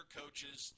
coaches